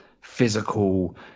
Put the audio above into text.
physical